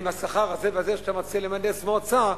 ועם השכר הזה והזה שאתה מציע למהנדס מהמועצה,